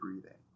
breathing